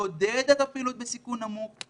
לעודד את הפעילות בסיכון נמוך,